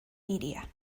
media